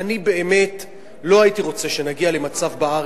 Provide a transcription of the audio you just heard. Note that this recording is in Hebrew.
אני באמת לא הייתי רוצה שנגיע למצב בארץ,